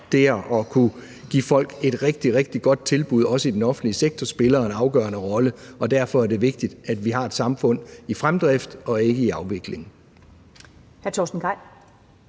det at kunne give folk et rigtig, rigtig godt tilbud, også i den offentlige sektor, spiller en afgørende rolle. Derfor er det vigtigt, at vi har et samfund i fremdrift og ikke i afvikling.